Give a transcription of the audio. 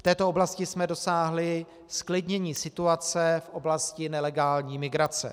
V této oblasti jsme dosáhli zklidnění situace v oblasti nelegální migrace.